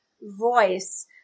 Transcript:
voice